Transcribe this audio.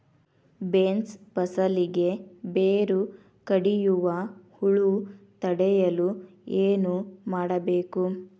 Beans ಫಸಲಿಗೆ ಬೇರು ಕಡಿಯುವ ಹುಳು ತಡೆಯಲು ಏನು ಮಾಡಬೇಕು?